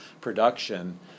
production